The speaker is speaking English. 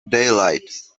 daylight